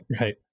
Right